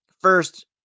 first